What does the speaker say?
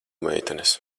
meitenes